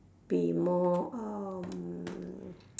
be more um